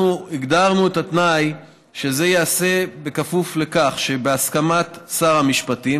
אנחנו הגדרנו את התנאי שזה ייעשה בהסכמת שר המשפטים,